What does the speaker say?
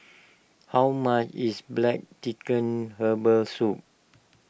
how much is Black Chicken Herbal Soup